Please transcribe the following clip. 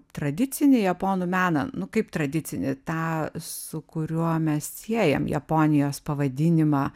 tradicinį japonų meną nu kaip tradicinį tą su kuriuo mes siejam japonijos pavadinimą